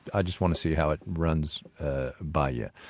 i just want to see how it runs by you